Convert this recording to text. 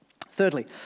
thirdly